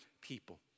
people